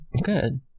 Good